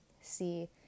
See